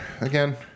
again